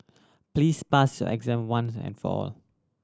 please pass your exam one and for all